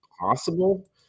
possible